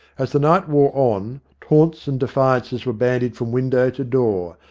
as the night wore on, taunts and defiances were bandied from window to door,